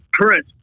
current